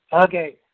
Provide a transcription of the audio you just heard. Okay